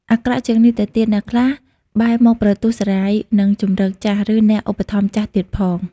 អាក្រក់ជាងនេះទៅទៀត អ្នកខ្លះបែរមកប្រទូសរ៉ាយនឹងជម្រកចាស់ ឬអ្នកឧបត្ថម្ភចាស់ទៀតផង ។